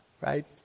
Right